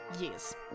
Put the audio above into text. years